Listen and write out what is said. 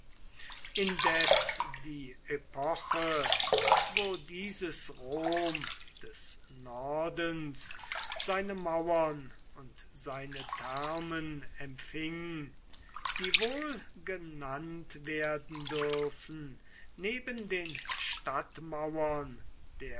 indes die epoche wo dieses rom des nordens seine mauern und seine thermen empfing die wohl genannt werden dürfen neben den stadtmauern